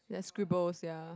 there's scribbles ya